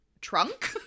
Trunk